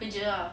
kerja ah